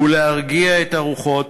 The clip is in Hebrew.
הוא להרגיע את הרוחות